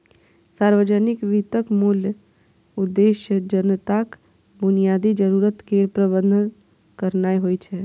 सार्वजनिक वित्तक मूल उद्देश्य जनताक बुनियादी जरूरत केर प्रबंध करनाय होइ छै